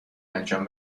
انجام